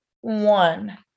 one